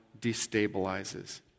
destabilizes